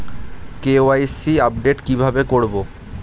KYC update কি ভাবে করবো?